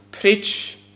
preach